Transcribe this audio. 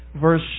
verse